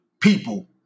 people